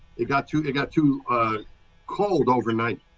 you've got to it got too cold overnight.